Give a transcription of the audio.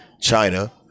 China